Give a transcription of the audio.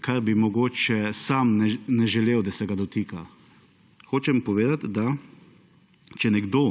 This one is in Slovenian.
kar bi mogoče sam ne želel, da se ga dotika. Hočem povedati, če nekdo